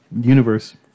Universe